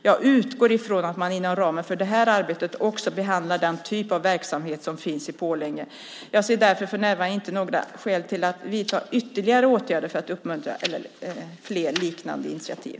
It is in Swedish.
Jag utgår ifrån att man inom ramen för det här arbetet också behandlar den typ av verksamhet som finns i Pålänge. Jag ser därför för närvarande inte några skäl till att vidta ytterligare åtgärder för att uppmuntra fler liknande initiativ.